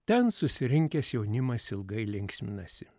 ten susirinkęs jaunimas ilgai linksminasi